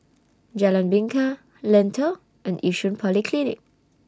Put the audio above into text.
Jalan Bingka Lentor and Yishun Polyclinic